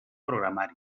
programari